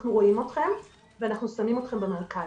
אנחנו רואים אתכם ואנחנו שמים אתכם במרכז,